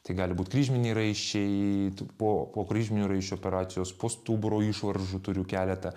tai gali būt kryžminiai raiščiai po po kryžminių raiščių operacijos po stuburo išvaržų turiu keletą